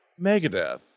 Megadeth